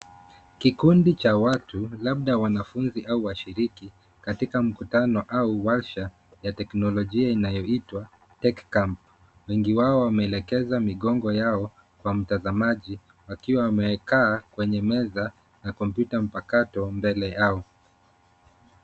Kikundi cha watu labda wanafunzi au washiriki katika mkutano au warsha ya teknolojia inayoitwa Tech Camp. Wengi wao wameelekeza migongo yao kwa mtazamaji wakiwa wamekaa kwenye meza na kompyuta mpakato mbele yao.